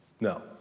no